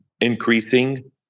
increasing